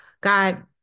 God